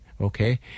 okay